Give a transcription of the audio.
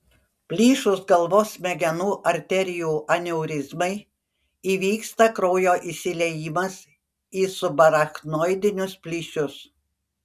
plyšus galvos smegenų arterijų aneurizmai įvyksta kraujo išsiliejimas į subarachnoidinius plyšius